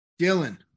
Dylan